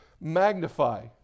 magnify